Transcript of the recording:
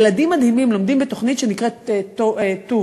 ילדים מדהימים, לומדים בתוכנית שנקראת טו"ב,